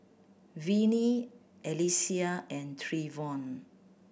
Vinnie Alexia and Trevon